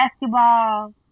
basketball